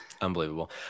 Unbelievable